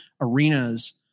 arenas